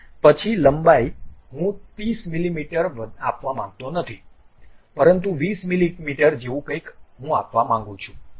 પછી લંબાઈ હું 30 મીમી આપવા માંગતો નથી પરંતુ 20 મીમી જેવું કંઈક હું આપવા માંગું છું